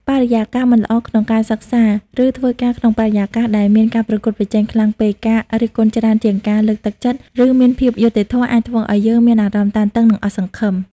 បរិយាកាសមិនល្អការក្នុងសិក្សា ឬធ្វើការក្នុងបរិយាកាសដែលមានការប្រកួតប្រជែងខ្លាំងពេក ការរិះគន់ច្រើនជាងការលើកទឹកចិត្ត ឬមានភាពអយុត្តិធម៌ អាចធ្វើឲ្យយើងមានអារម្មណ៍តានតឹង និងអស់សង្ឃឹម។